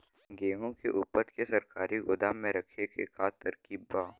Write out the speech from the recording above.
गेहूँ के ऊपज के सरकारी गोदाम मे रखे के का तरीका बा?